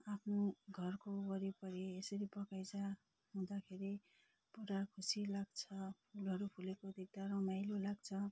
अफ्नो घरको वरिपरि यसरी बगैँचा हुँदाखेरि पुरा खुसी लाग्छ फुलहरू फुलेको देख्दा रमाइलो लाग्छ